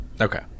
Okay